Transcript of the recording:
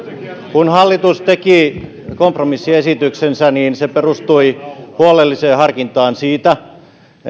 kun hallitus teki kompromissiesityksensä se perustui huolelliseen harkintaan siitä